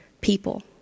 people